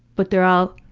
but they're all,